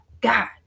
god